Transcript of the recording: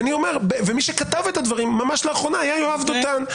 מי שכתב את הדברים ממש לאחרונה, היה יואב דותן.